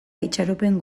itxaropen